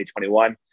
2021